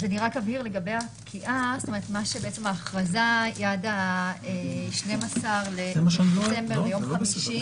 רק אבהיר לגבי הפקיעה: מה שבעצם ההכרזה היא עד 12 בדצמבר יום חמישי.